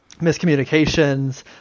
miscommunications